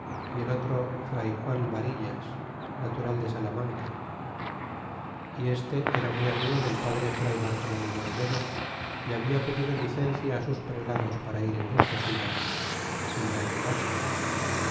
y el otro fray juan varillas natural de salamanca ó este era muy amigo del padre fraybartolome de olmedo é habia pedido licencia sus prelados para ir en busca suya é le ayudar